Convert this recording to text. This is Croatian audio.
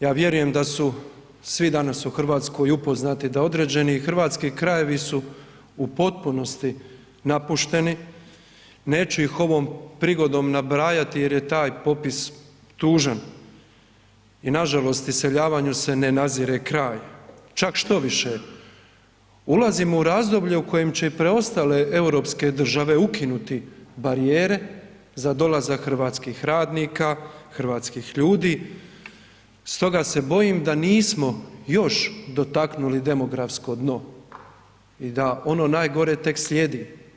Ja vjerujem da su svi danas u Hrvatskoj upoznati da određeni hrvatski krajevi su u potpunosti napušteni, neću ih ovom prigodom nabrajati jer je taj popis tužan i nažalost iseljavanju se ne nazire kraj, čak štoviše, ulazimo u razdoblje u kojem će i preostale europske države ukinuti barijere za dolazak hrvatskih radnika, hrvatskih ljudi, stoga se bojim da nismo još dotaknuli demografsko dno i da ono najgore tek slijedi.